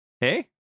Hey